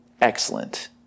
excellent